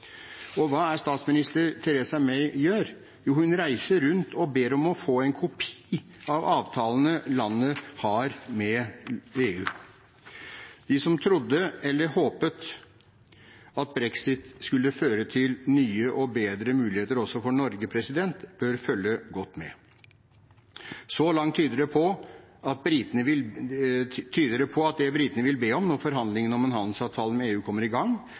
Og hva er det statsminister Theresa May gjør? Jo, hun reiser rundt og ber om å få en kopi av avtalene landene har med EU. De som trodde eller håpet at brexit skulle føre til nye og bedre muligheter også for Norge, bør følge godt med. Så langt tyder alt på at det britene vil be om når forhandlingene om en handelsavtale med EU kommer i gang,